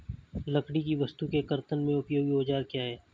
लकड़ी की वस्तु के कर्तन में उपयोगी औजार क्या हैं?